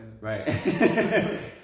right